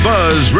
Buzz